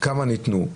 התשפ"א-2021,